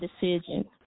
decision